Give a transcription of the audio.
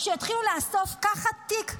שיתחילו לאסוף ככה תיק,